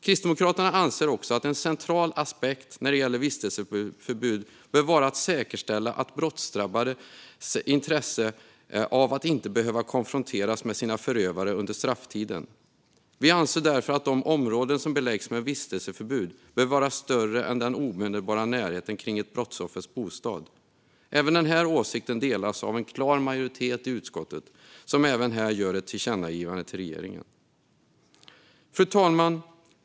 Kristdemokraterna anser också att en central aspekt när det gäller vistelseförbud bör vara att säkerställa brottsdrabbades intresse av att inte behöva konfronteras med sina förövare under strafftiden. Vi anser därför att de områden som beläggs med vistelseförbud bör vara större än den omedelbara närheten kring ett brottsoffers bostad. Även den här åsikten delas av en klar majoritet i utskottet, som även här föreslår ett tillkännagivande till regeringen. Fru talman!